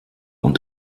und